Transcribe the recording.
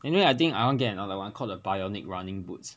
anyway I think I want get another one called a bionic running boots